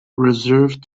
reserved